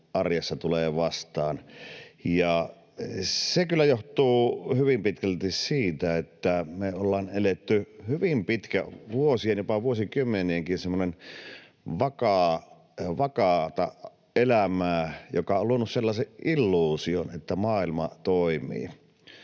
arjessa tulee vastaan. Se kyllä johtuu hyvin pitkälti siitä, että me ollaan eletty hyvin pitkään — vuosia, jopa vuosikymmeniäkin — semmoista vakaata elämää, joka on luonut sellaisen illuusion, että maailma toimii.